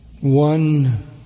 One